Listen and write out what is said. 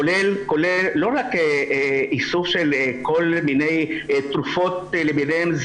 כולל לא רק איסוף של כל מיני תרופות למיניהן,